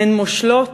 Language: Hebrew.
הן מושלות,